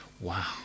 Wow